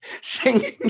Singing